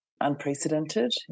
unprecedented